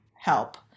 help